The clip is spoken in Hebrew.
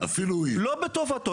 לא בטובתו,